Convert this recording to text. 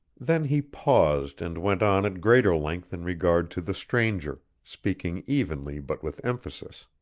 then he paused and went on at greater length in regard to the stranger, speaking evenly but with emphasis.